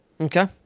Okay